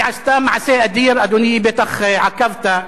היא עשתה מעשה אדיר, אדוני, בטח עקבת.